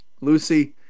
Lucy